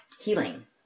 healing